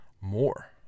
more